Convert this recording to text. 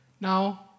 now